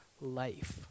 life